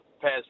past